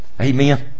Amen